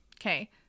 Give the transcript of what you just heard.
okay